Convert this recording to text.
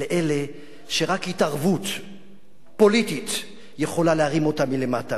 דווקא לאלה שרק התערבות פוליטית יכולה להרים אותם מלמטה.